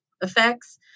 effects